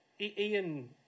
Ian